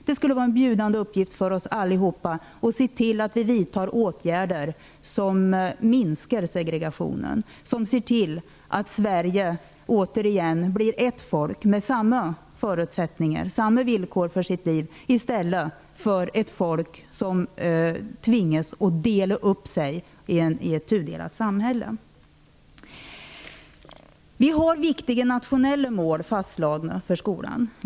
Det vore en angelägen uppgift för oss allihop att se till att det vidtas åtgärder som minskar segregationen, som gör att Sverige återigen blir ett folk med samma förutsättningar och villkor i stället för ett folk som tvingas att leva i ett tudelat samhälle. Det finns viktiga nationella mål för skolan fastslagna.